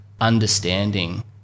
understanding